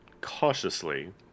cautiously